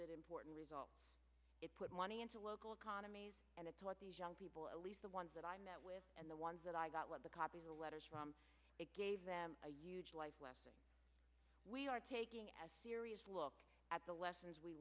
effort and result it put money into local economies and it's what these young people at least the ones that i met with and the ones that i got what the copy the letters from it gave them a huge life lesson we are taking as a serious look at the lessons we